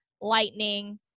lightning